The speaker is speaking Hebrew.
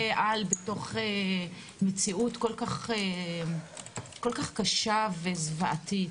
על בתוך מציאות כל כך קשה וזוועתית.